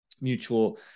mutual